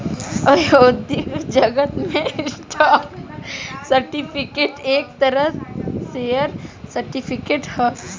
औद्योगिक जगत में स्टॉक सर्टिफिकेट एक तरह शेयर सर्टिफिकेट ह